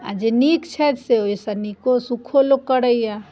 आओर जे नीक छथि से ओहिसँ नीको सुखो लोक करैए